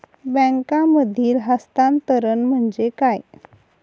बँकांमधील हस्तांतरण म्हणजे काय?